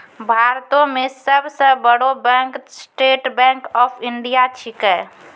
भारतो मे सब सं बड़ो bank State Bank of India छिकै